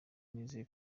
nizeye